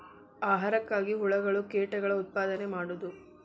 ಆಹಾರಕ್ಕಾಗಿ ಹುಳುಗಳ ಕೇಟಗಳ ಉತ್ಪಾದನೆ ಮಾಡುದು